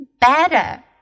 better